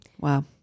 Wow